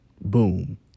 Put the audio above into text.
boom